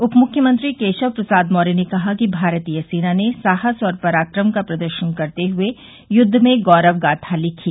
उप मुख्यमंत्री केशव प्रसाद मौर्य ने कहा कि भारतीय सेना ने साहस और पराक्रम का प्रदर्शन करते हए यद्व में गौरवगाथा लिखी